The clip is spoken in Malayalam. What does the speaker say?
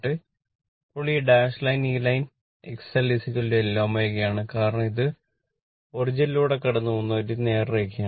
ഇപ്പോൾ ഈ ഡാഷ് ലൈൻ ഈ ലൈൻ XLL ω ആണ് കാരണം ഇത് ഒറിജിനിലുടെ കടന്നുപോകുന്ന ഒരു നേർരേഖയാണ്